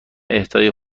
اهدای